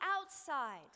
outside